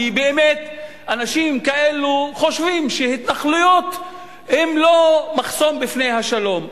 כי באמת אנשים כאלו חושבים שהתנחלויות הן לא מחסום בפני השלום.